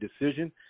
decision